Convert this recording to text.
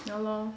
ya lor